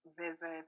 visit